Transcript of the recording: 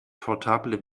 portable